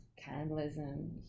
cannibalism